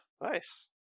nice